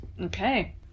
Okay